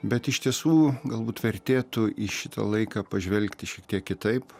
bet iš tiesų galbūt vertėtų į šitą laiką pažvelgti šiek tiek kitaip